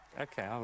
Okay